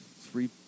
three